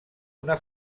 una